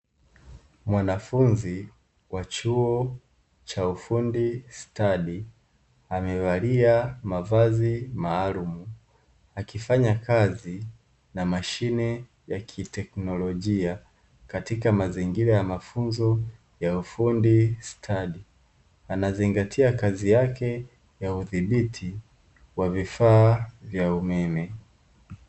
Mwanafunzi wa chuo cha ufundi stadi, amevalia mavazi maalumu akifanya kazi na mashine ya kiteknolojia katika mazingira ya mafunzo ya ufundi stadi. Anazingatia kazi yake ya udhibiti wa vifaa vya umeme.